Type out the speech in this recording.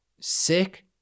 sick